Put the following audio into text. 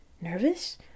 Nervous